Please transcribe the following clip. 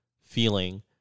feeling